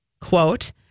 quote